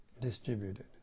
distributed